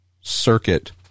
circuit